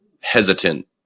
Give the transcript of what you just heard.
hesitant